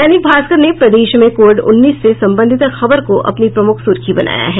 दैनिक भास्कर ने प्रदेश में कोविड उन्नीस से संबंधित खबर को अपनी प्रमुख सुर्खी बनाया है